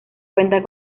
cuenta